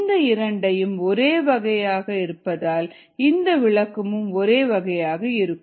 இந்த இரண்டும் ஒரே வகையாக இருப்பதால் இதன் விளக்கமும் ஒரே வகையாக இருக்கும்